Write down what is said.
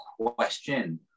question